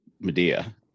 Medea